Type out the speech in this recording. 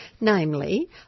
namely